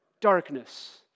darkness